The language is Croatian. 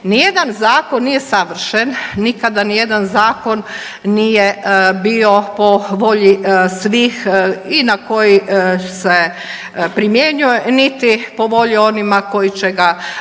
Ni jedan zakon nije savršen. Nikada ni jedan zakon nije bio po volji svih i na koji se primjenjuje, niti po volji onima koji će ga provoditi.